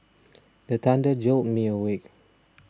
the thunder jolt me awake